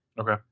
Okay